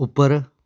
ਉੱਪਰ